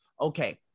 okay